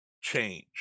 change